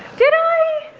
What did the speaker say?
did i?